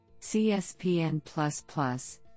CSPN++